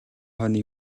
хойно